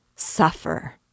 suffer